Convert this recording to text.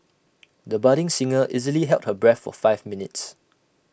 the budding singer easily held her breath for five minutes